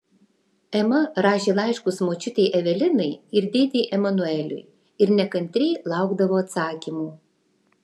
ema rašė laiškus močiutei evelinai ir dėdei emanueliui ir nekantriai laukdavo atsakymų